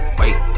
wait